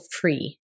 free